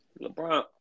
LeBron